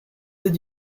did